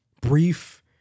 brief